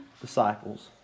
disciples